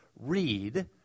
read